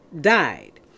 died